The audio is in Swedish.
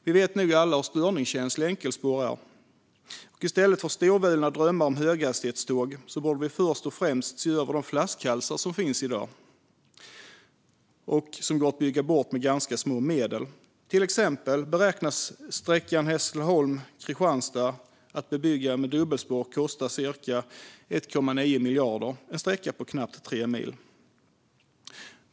Vi vet nog alla hur störningskänsliga enkelspår är, och i stället för storvulna drömmar om höghastighetståg borde vi först och främst se över de flaskhalsar som finns i dag och som kan byggas bort med ganska små medel. Till exempel beräknas byggande av dubbelspår för sträckan Hässleholm-Kristianstad att kosta cirka 1,9 miljarder. Det är en sträcka på knappt tre mil.